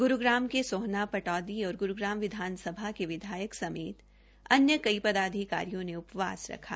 गुरूग्राम के सोहना पटौदी और गुरूग्राम विधानसभा के विधायक समेत अन्य कई पदाधिकारियों ने उपवास रखा